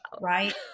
Right